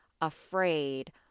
afraid